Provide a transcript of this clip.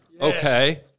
Okay